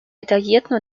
detaillierten